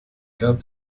gab